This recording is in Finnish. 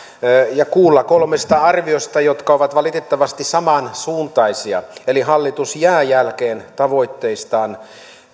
ja kuulla kolmesta arviosta jotka ovat valitettavasti samansuuntaisia eli hallitus jää jälkeen tavoitteistaan